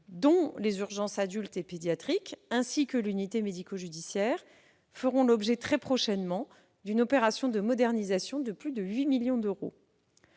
dont les urgences adultes et pédiatriques, ainsi que l'unité médico-judiciaire, feront l'objet très prochainement d'une opération de modernisation de plus de 8 millions d'euros.